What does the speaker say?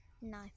No